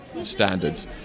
standards